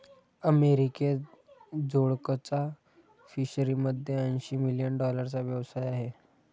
अमेरिकेत जोडकचा फिशरीमध्ये ऐंशी मिलियन डॉलरचा व्यवसाय आहे